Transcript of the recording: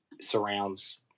surrounds